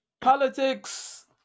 Politics